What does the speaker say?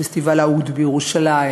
פסטיבל העוד בירושלים,